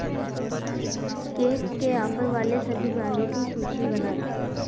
cake के offer वाले सभी ब्रांडो की सूची बनाएँ